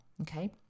okay